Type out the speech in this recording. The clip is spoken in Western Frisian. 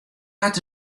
hat